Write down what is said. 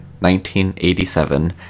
1987